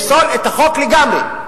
לפסול את החוק לגמרי.